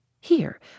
Here